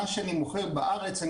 מה שאני מוכר בארץ,